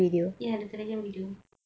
ya the telegram video